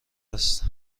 است